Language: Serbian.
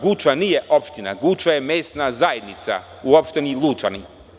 Guča nije opština, Guča je mesna zajednica u opštini Lučani.